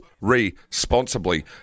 responsibly